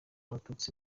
abatutsi